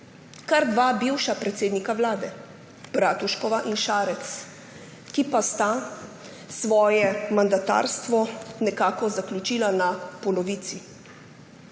Kar dva bivša predsednika Vlade, Bratuškova in Šarec, ki pa sta svoje mandatarstvo nekako zaključila na polovici.